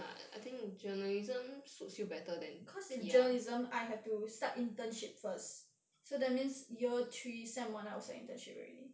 cause in journalism I have to start internship first so that means year three sem one then I will start internship already